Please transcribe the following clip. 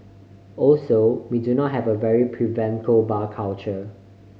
also we do not have a very prevalent bar culture